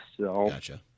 Gotcha